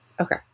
Okay